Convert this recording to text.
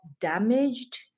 damaged